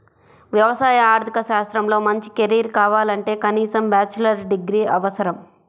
వ్యవసాయ ఆర్థిక శాస్త్రంలో మంచి కెరీర్ కావాలంటే కనీసం బ్యాచిలర్ డిగ్రీ అవసరం